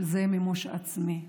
שזה מימוש עצמי.